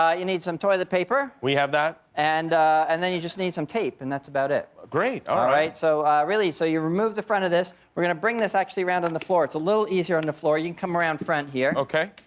ah you need some toilet paper. we have that. and and then you just need some tape, and that's about it. great. all right. so really so you remove the front of this. we're going to bring this, actually, around on the floor. it's a little easier on the floor. you can and come around the front here. ok.